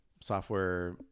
software